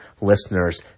listeners